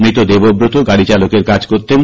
মৃত দেবব্রত গাড়িচালকের কাজ করতেন